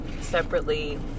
separately